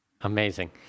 Amazing